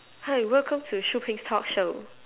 hi welcome to Shu-Ping's talk show